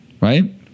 right